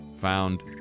found